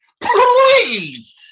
Please